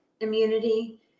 immunity